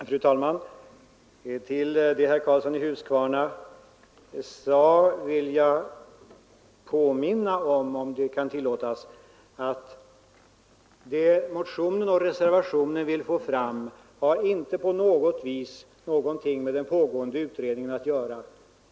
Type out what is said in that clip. Fru talman! Med anledning av herr Karlssons i Huskvarna inlägg vill jag — ifall det kan tillåtas mig — påminna om att vad motionen och reservationen syftar till inte på något vis har någonting med den pågående utredningen att göra.